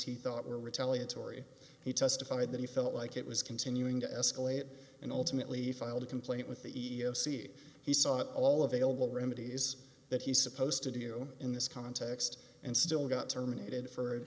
he thought were retaliatory he testified that he felt like it was continuing to escalate and ultimately filed a complaint with the e e o c he sought all available remedies that he's supposed to do in this context and still got terminated for